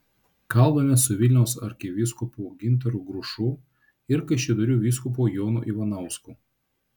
kalbamės su vilniaus arkivyskupu gintaru grušu ir kaišiadorių vyskupu jonu ivanausku